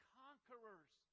conquerors